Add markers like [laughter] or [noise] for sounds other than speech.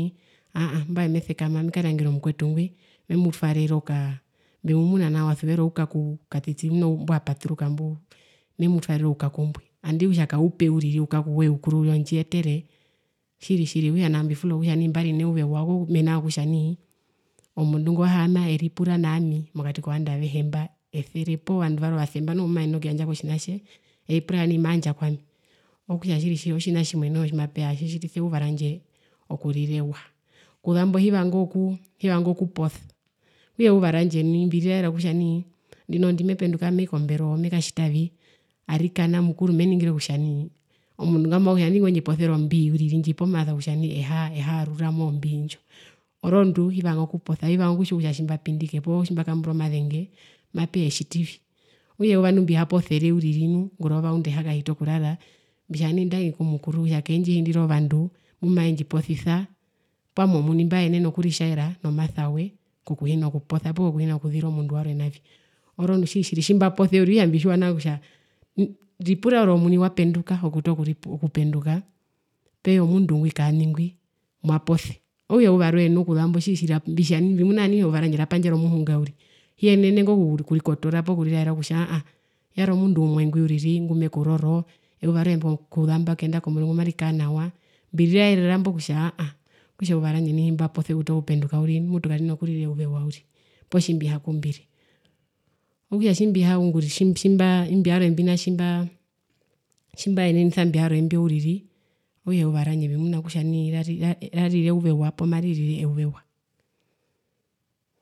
[noise] Aahaaa mwae mesekama mekaryangera omukwetu ngwi memutwarere okaa mbemumuna nao wasuvera oukaku katiti mbwapaturuka mbo memutwarere oukaku mbwi nandi kutja kaupe uriri oukaku woye oukuru ondjiyetere tjiri tjirimbifula kutja mbari neyuva ewa mena rokutja nai omundu ngo wahaama eripura naami mokati kovandu avehe mba poo vandu varwe ovasemba noho kumaenene okuyandjako tjinatje eripura kutja maandja kwami otjina tjimwe tjimatjitjitisa eyuva randje okurira ewa, kuzambo hivangoko kuposa, okutja eyuva randje kutja eyuva randje mbiriraera kutja ndinondi mependuka mei komberoo mekatjitavi arikana mukuru omundu ngamwa auhe nandi ngwendjiposire ombii uriri ndjipomasa kutja ehaaruramo mbii ndjo, orondu hivanga okuposa orondu tjimbapindike poo tjimbakamburwa omazenge mapeya etjitivi? Okutja eyuva ndibihaposire uriri nu mbitja ndakie ku mukuru kutja keendjiindira ovandu mbumavendjiposisa poo ami omuni mbaenene okuritjaera nomasawe kokuhina kuposa pokokina kuzira omundu warwe navi, orondu tjiri tjiri tjimbaose mbitjiwa nawa kutja, mm ripura uriri omuni wapenduka okutokuri okutokupenduka peya mundu ngwi kaani ngwi mwapose okutjaeyuva rwee tjiri tjiri mbimuna kutja eyuva randje okuzambo rapandjara omuhunga, hiyenen ingo kurikotoora poo kuriraera kutja aahaa yari omundu umwe ngo uriri ngumekuroro eyuva rwee okuzambo kuyenda komurungu marikara nawaa, mbiriraerera mbo kutja aahaa okutja eyuva randje nai tjimbapose okuuta okupenduka nai karina kurira ewa uriri poo tjimbihakumbire, okutja tjimbihaungurire tjimbaa imbyo vyarwe mbina tjimbaa tjimbaenenisa imbyo vyarwe mbyo uriri okutja mbimuna kutja eyuva randje ndo rarire eyuva ewa poo maririre eyuva ewa.